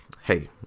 hey